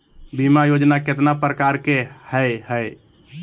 बीमा योजना केतना प्रकार के हई हई?